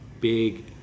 big